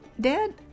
Dad